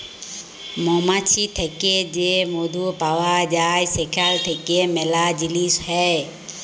মমাছি থ্যাকে যে মধু পাউয়া যায় সেখাল থ্যাইকে ম্যালা জিলিস হ্যয়